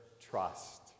trust